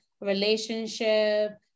relationship